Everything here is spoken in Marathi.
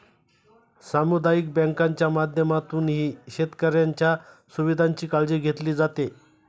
सामुदायिक बँकांच्या माध्यमातूनही शेतकऱ्यांच्या सुविधांची काळजी घेतली जाते